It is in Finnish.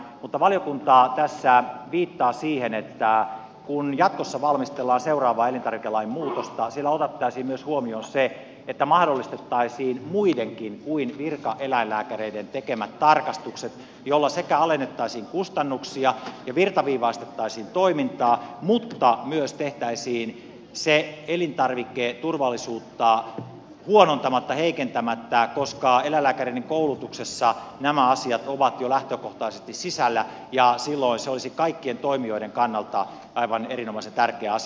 mutta valiokunta tässä viittaa siihen että kun jatkossa valmistellaan seuraavaa elintarvikelain muutosta siellä otettaisiin myös huomioon se että mahdollistettaisiin muidenkin kuin virkaeläinlääkäreiden tekemät tarkastukset millä sekä alennettaisiin kustannuksia että virtaviivaistettaisiin toimintaa mutta myös tehtäisiin se elintarviketurvallisuutta huonontamatta heikentämättä koska eläinlääkäreiden koulutuksessa nämä asiat ovat jo lähtökohtaisesti sisällä ja silloin se olisi kaikkien toimijoiden kannalta aivan erinomaisen tärkeä asia